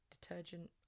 detergent